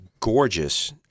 gorgeous